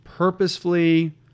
purposefully